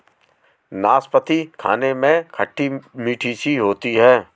नाशपती खाने में खट्टी मिट्ठी सी होती है